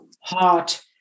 heart